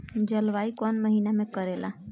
जलवायु कौन महीना में करेला?